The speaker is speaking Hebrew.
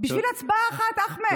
בשביל הצבעה אחת, אחמד.